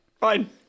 fine